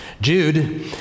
Jude